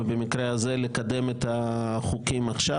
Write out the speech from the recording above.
ובמקרה הזה לקדם את החוקים עכשיו.